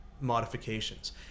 modifications